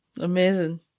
amazing